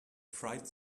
friend